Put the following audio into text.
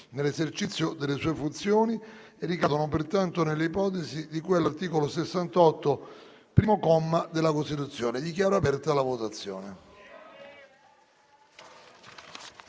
nell'esercizio delle sue funzioni e ricadono pertanto nell'ipotesi di cui all'articolo 68, primo comma, della Costituzione. *(Segue la votazione)*.